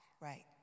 Right